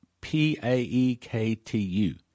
P-A-E-K-T-U